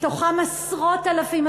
מתוכם עשרות אלפים,